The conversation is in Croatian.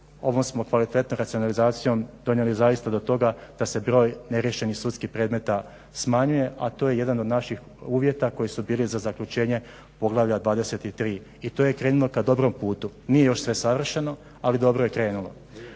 ovom smo kvalitetnom racionalizacijom donijeli zaista do toga da se broj neriješenih sudskih predmeta smanjuje, a to je jedan od naših uvjeta koji su bili za zaključenje poglavlja 23., i to je krenulo ka dobrom putu. Nije još sve savršeno, ali dobro je krenulo.